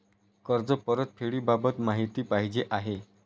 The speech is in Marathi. कर्ज परतफेडीबाबत माहिती पाहिजे आहे